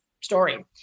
story